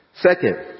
Second